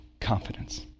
confidence